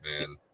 man